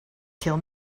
kill